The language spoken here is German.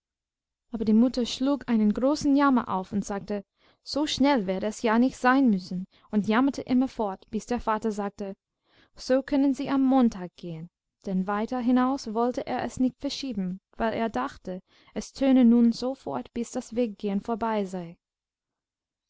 aber die mutter schlug einen großen jammer auf und sagte so schnell werde es ja nicht sein müssen und jammerte immerfort bis der vater sagte so können sie am montag gehen denn weiter hinaus wollte er es nicht verschieben weil er dachte es töne nun so fort bis das weggehen vorbei sei